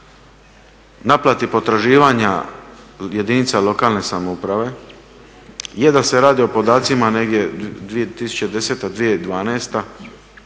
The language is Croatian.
naplati potraživanja od jedinica lokalne samouprave, je da se radi o podacima negdje 2010., 2012.